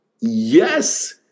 Yes